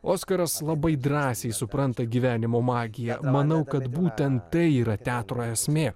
oskaras labai drąsiai supranta gyvenimo magiją manau kad būtent tai yra teatro esmė